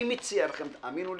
אני מציע לכם, תאמינו לי,